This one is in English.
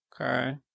Okay